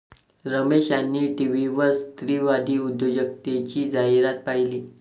रमेश यांनी टीव्हीवर स्त्रीवादी उद्योजकतेची जाहिरात पाहिली